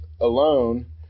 alone